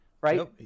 right